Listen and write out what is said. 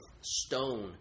stone